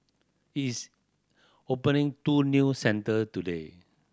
is opening two new centres today